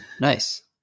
Nice